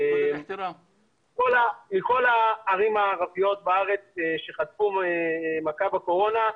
מכל הערים הערביות בארץ שחטפו מכה בקורונה,